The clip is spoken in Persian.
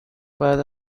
بعد